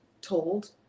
told